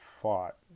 fought